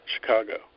Chicago